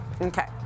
Okay